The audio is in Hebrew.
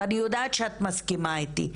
אני יודעת שאת מסכימה איתי.